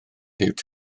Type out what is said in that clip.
liwt